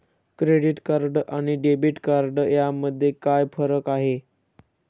Credit card आणि debit card यामध्ये काय फरक आहे?